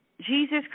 Jesus